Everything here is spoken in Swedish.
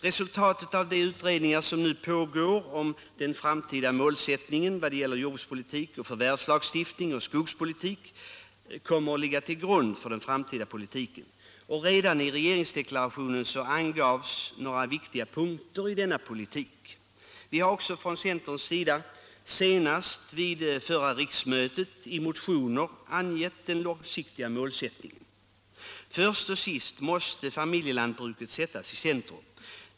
Resultatet av de utredningar som nu pågår om målsättningen för jordbrukspolitik, förvärvslagstiftning och skogspolitik kommer att ligga till grund för den framtida politiken. Redan i regeringsdeklarationen angavs några viktiga punkter i denna politik. Vi har också från centern senast vid förra riksmötet i motioner angett den långsiktiga målsättningen. Först och sist måste familjejordbruket sättas i centrum.